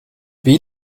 wie